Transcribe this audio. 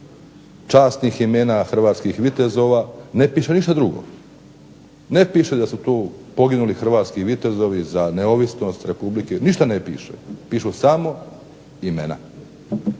časnih imena hrvatskih vitezova ne piše ništa drugo. Ne piše da su tu poginuli hrvatski vitezovi za neovisnost Republike, ništa ne piše, pišu samo imena